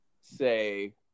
say